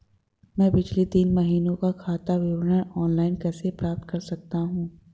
मैं पिछले तीन महीनों का खाता विवरण ऑनलाइन कैसे प्राप्त कर सकता हूं?